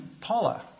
Paula